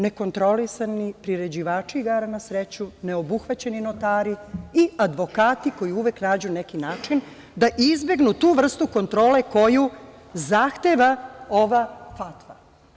Nekontrolisani priređivači igara na sreću, neobuhvaćeni notari i advokati koji uvek nađu neki način da izbegnu tu vrstu kontrole koju zahteva FATF.